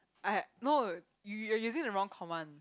I no you you are using the wrong command